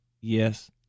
Yes